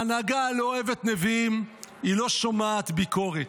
ההנהגה לא אוהבת נביאים, היא לא שומעת ביקורת.